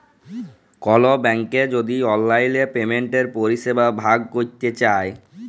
call ব্যাংকের যদি অললাইল পেমেলটের পরিষেবা ভগ ক্যরতে চায়